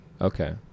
Okay